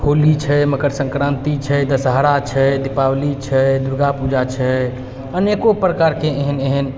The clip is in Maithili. होली छै मकर सङ्क्रान्ति छै दशहरा छै दीपावली छै दुर्गा पूजा छै अनेको प्रकारके एहेन एहेन